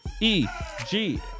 E-G